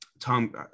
Tom